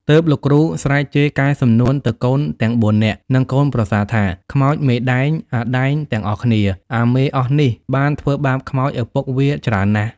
ទើបលោកគ្រូស្រែកជេរកែសំនួនទៅកូនទាំង ៤ នាក់ និងកូនប្រសាថា “ខ្មោចមេដែង អាដែងទាំងអស់គ្នា អាមេអស់នេះ បានធ្វើបាបខ្មោចឪពុកវាច្រើនណាស់។